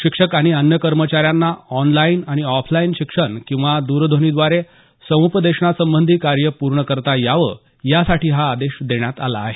शिक्षक आणि अन्य कर्मचाऱ्यांना ऑन लाईन आणि ऑफ लाईन शिक्षण किंवा द्रध्वनीद्वारे सम्पदेशनासंबंधी कार्य पूर्ण करता यावं यासाठी हा आदेश देण्यात आला आहे